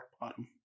Bottom